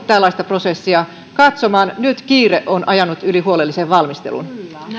tällaista prosessia katsomaan nyt kiire on ajanut yli huolellisen valmistelun